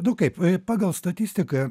nu kaip pagal statistiką